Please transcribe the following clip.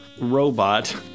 robot